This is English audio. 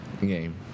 game